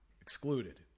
Excluded